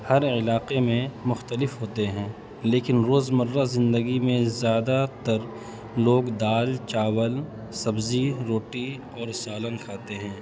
ہر علاقے میں مختلف ہوتے ہیں لیکن روز مرہ زندگی میں زیادہ تر لوگ دال چاول سبزی روٹی اور سالن کھاتے ہیں